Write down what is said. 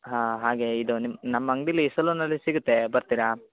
ಹಾಂ ಹಾಗೆ ಇದು ನಿಮ್ಮ ನಮ್ಮ ಅಂಗಡಿಲಿ ಸಲೂನಲ್ಲಿ ಸಿಗುತ್ತೆ ಬರ್ತೀರಾ